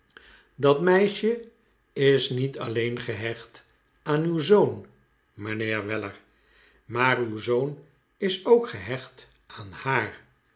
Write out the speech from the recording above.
dat meisje is niet alleen gehecht aan uw zoon meneer weller maar uw zoon is ook gehecht aan haar